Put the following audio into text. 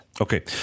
Okay